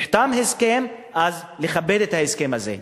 נחתם הסכם, אז יש לכבד את ההסכם הזה.